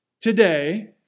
today